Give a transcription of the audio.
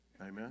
Amen